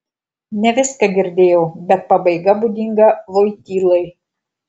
ne viską girdėjau bet pabaiga būdinga voitylai